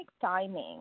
timing